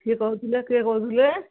କିଏ କହୁଥିଲେ କିଏ କହୁଥିଲେ